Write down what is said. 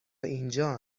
اینجا